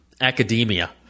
academia